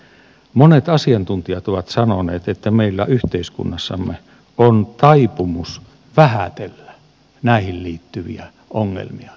monet asiantuntijat ovat sanoneet että meillä yhteiskunnassamme on taipumus vähätellä näihin liittyviä ongelmia